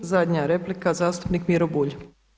I zadnja replika zastupnik Miro Bulj.